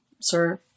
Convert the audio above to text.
sir